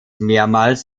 mehrmals